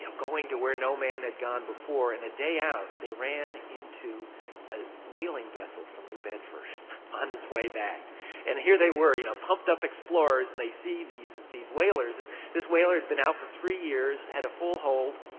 you know going to where no man had gone before and a day out they ran into a whaling vessel from new bedford on its way back and here they were, you know pumped up explorers and they see these these whalers and this whaler had been out for three years, had a full hold,